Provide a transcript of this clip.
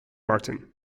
martin